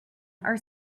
are